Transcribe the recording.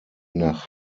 nach